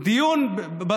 זה שר האוצר.